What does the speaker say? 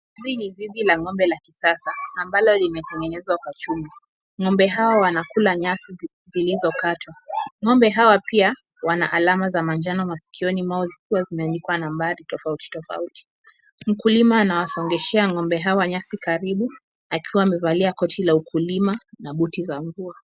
Hili ni zizi la ng'ombe la kisasa ambalo limetengenezwa kwa chuma. Ng'ombe hawa wanakula nyasi zilizokatwa. Ng'ombe hawa pia wana alama za manjano maskioni mwao zikiwa zimeandikwa nambari tofauti tofauti. Mkulima anawasongeshea ng'ombe hawa nyasi karibu akiwa amevalia koti la ukulima na buti za mvua.